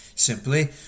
simply